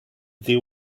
deal